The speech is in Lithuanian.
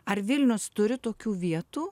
ar vilnius turi tokių vietų